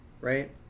Right